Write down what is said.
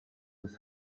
his